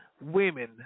Women